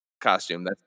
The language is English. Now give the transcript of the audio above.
costume